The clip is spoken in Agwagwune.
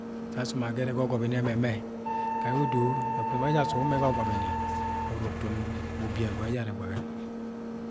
. Sẹ, asọm agẹrẹ ọgọbìnì ẹmẹmẹ, Ga yẹ odo ọsọm ẹjara ọsọm wẹ umẹ ga ọgọbini, uru utum ubi e̱ghe̱ghẹ ẹjara ẹgbẹghẹ.